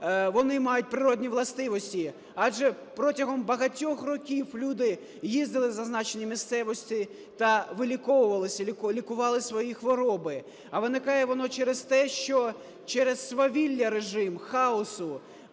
вони мають природні властивості, адже протягом багатьох років люди їздили в зазначені місцевості та виліковувалися, лікували свої хвороби. А виникає воно через те, що через свавілля режиму, хаосу,